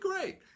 great